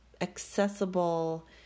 accessible